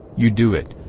you do it.